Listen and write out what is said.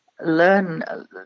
Learn